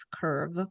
curve